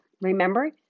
Remember